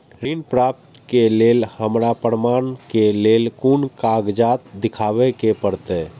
ऋण प्राप्त के लेल हमरा प्रमाण के लेल कुन कागजात दिखाबे के परते?